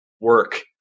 work